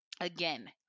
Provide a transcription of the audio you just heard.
again